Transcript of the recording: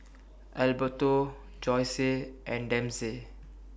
Alberto Joyce and Dempsey